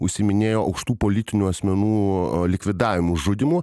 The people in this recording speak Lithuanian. užsiiminėjo aukštų politinių asmenų likvidavimo žudymu